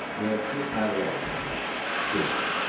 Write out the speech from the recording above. there are few parallels to it.